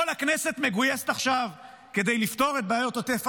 כל הכנסת מגויסת עכשיו כדי לפתור את בעיות עוטף עזה?